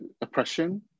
oppression